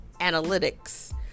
analytics